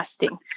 testing